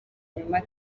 inyuma